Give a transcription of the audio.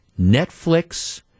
Netflix